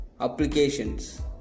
applications